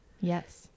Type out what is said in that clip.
Yes